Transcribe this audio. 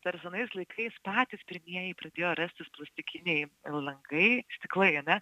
dar senais laikais patys pirmieji pradėjo rastis plastikiniai langai stiklai ane